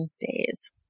days